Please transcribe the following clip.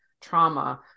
trauma